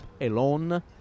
alone